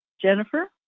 Jennifer